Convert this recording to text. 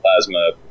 plasma